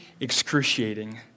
excruciating